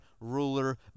ruler